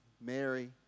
Mary